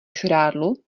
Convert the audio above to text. žrádlu